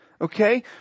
Okay